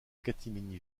catimini